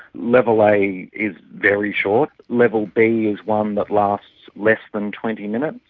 level a is very short. level b is one that lasts less than twenty minutes,